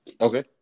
Okay